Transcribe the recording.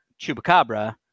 Chupacabra